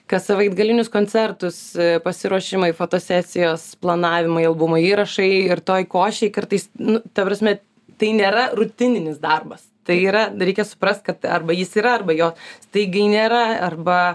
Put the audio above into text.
kassavaitgalinius koncertus pasiruošimai fotosesijos planavimai albumo įrašai ir toj košėj kartais nu ta prasme tai nėra rutininis darbas tai yra reikia suprast kad arba jis yra arba jo staigiai nėra arba